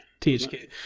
THQ